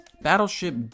Battleship